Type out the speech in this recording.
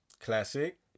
Classic